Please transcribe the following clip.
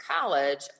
college